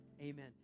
Amen